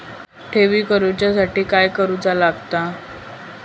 ठेवी करूच्या साठी काय करूचा लागता?